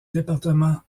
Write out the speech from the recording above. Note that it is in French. département